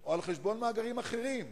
או על חשבון מאגרים אחרים.